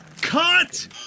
Cut